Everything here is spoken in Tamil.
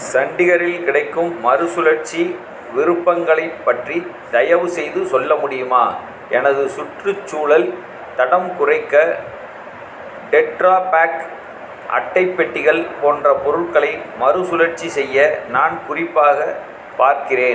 சண்டிகரில் கிடைக்கும் மறுசுழற்சி விருப்பங்களைப் பற்றி தயவுசெய்து சொல்ல முடியுமா எனது சுற்றுச்சூழல் தடம் குறைக்க டெட்ரா பாக் அட்டைப்பெட்டிகள் போன்ற பொருட்களை மறுசுழற்சி செய்ய நான் குறிப்பாக பார்க்கிறேன்